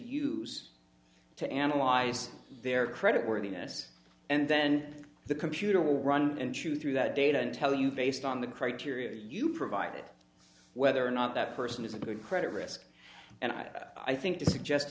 use to analyze their credit worthiness and then the computer will run and chew through that data and tell you based on the criteria you provided whether or not that person is a good credit risk and i think to suggest t